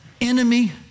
enemy